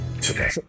today